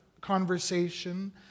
conversation